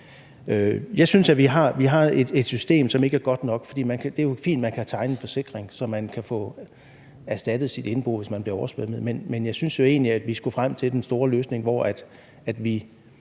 Jeg synes, at vi har et system, som ikke er godt nok. For det er jo fint, at man kan tegne en forsikring, så man kan få erstattet sit indbo, hvis man bliver oversvømmet, men jeg synes jo egentlig, at vi skulle nå frem til den store løsning, hvor vi